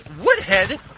Woodhead